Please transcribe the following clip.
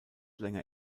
länger